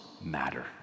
matter